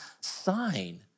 sign